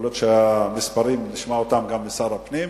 יכול להיות שנשמע את המספרים גם משר הפנים,